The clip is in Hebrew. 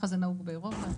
כך זה נהוג באירופה.